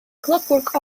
clockwork